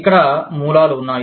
ఇక్కడ మూలాలు వున్నాయి